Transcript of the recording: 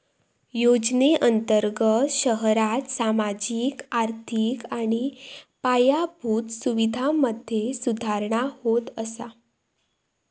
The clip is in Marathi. योजनेअंर्तगत शहरांत सामाजिक, आर्थिक आणि पायाभूत सुवीधांमधे सुधारणा होत असा